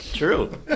true